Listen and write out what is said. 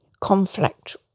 conflict